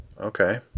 Okay